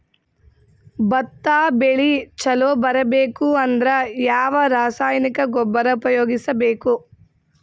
ಭತ್ತ ಬೆಳಿ ಚಲೋ ಬರಬೇಕು ಅಂದ್ರ ಯಾವ ರಾಸಾಯನಿಕ ಗೊಬ್ಬರ ಉಪಯೋಗಿಸ ಬೇಕು?